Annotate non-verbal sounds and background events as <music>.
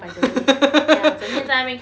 <laughs> <breath>